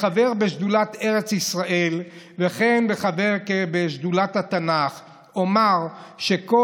כחבר בשדולת ארץ ישראל וכן כחבר בשדולת התנ"ך אומר שכל